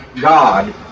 God